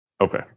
Okay